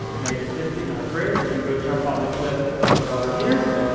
negative fifty, not great. we can go jump off the cliff over here.